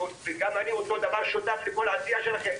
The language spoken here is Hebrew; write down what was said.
גם אני שותף לעשייה שלכם,